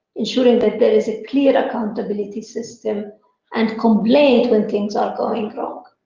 ensuring that there is a clear accountability system and complaining when things are going wrong.